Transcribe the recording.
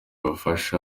ubufasha